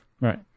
Right